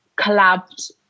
collabed